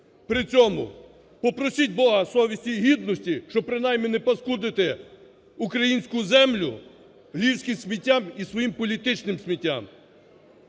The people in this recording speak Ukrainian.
при цьому попросіть в Бога совісті і гідності, щоб принаймні не паскудити українську землю львівським сміттям і своїм політичним сміттям.